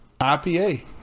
IPA